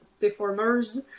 performers